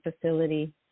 facility